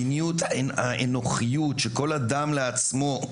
מדיניות האנוכיות בה כל אחד לעצמו,